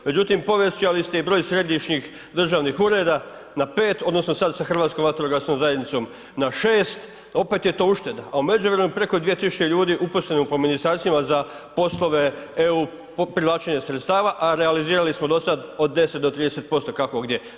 Međutim, povećali ste i broj središnjih državnih ureda na 5 odnosno sad sa Hrvatskom vatrogasnom zajednicom na 6, opet je to ušteda, a u međuvremenu preko 2000 ljudi uposleno po ministarstvima za poslove EU povlačenje sredstava, a realizirali smo do sad od 10 do 30% kako gdje.